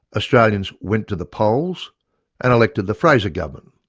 australians went to the polls and elected the fraser government.